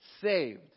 saved